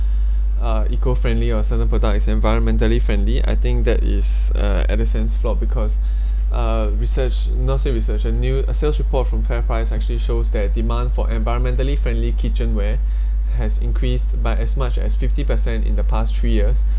uh eco friendly or certain product is environmentally friendly I think that is uh an added sense flop because uh research not say research a new a sales report from clarifies actually shows that demand for environmentally friendly kitchenware has increased by as much as fifty percent in the past three years